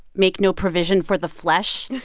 make no provision for the flesh,